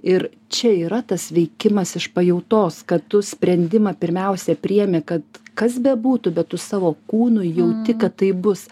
ir čia yra tas veikimas iš pajautos kad tu sprendimą pirmiausia priimi kad kas bebūtų bet tu savo kūnu jauti kad tai bus